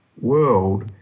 world